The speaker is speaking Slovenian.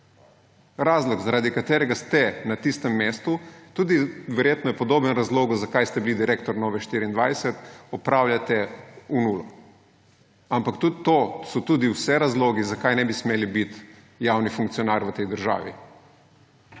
Razlog, zaradi katerega se na tistem mestu, tudi verjetno je podoben razlogu, zakaj ste bili direktor Nove24, opravljate v nulo. Ampak tudi to so tudi vse razlogi, zakaj ne bi smeli biti javni funkcionar v tej državi,